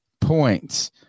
points